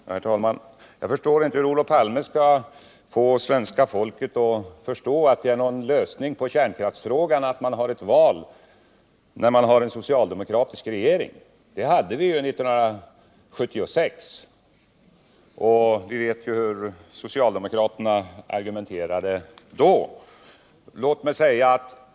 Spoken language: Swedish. Herr talman! Jag begriper inte hur Olof Palme skall få svenska folket att förstå att det är någon lösning på kärnkraftsfrågan att man företar ett nyval när man har en socialdemokratisk regering. Den situationen hade vi ju 1976, och vi vet ju hur socialdemokraterna argumenterade då.